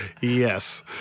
Yes